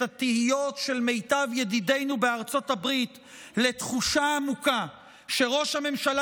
התהיות של מיטב ידידינו בארצות הברית לתחושה עמוקה שראש הממשלה